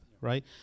right